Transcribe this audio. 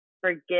forget